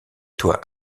toi